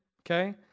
okay